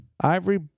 Ivory